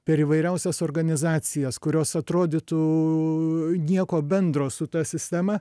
per įvairiausias organizacijas kurios atrodytų nieko bendro su ta sistema